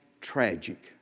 tragic